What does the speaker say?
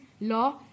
law